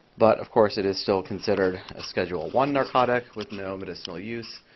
but, of course, it is still considered a scheduled one narcotic with no medicinal use.